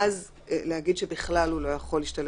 אז להגיד שהוא בכלל לא יכול להשתלב.